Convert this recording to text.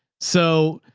so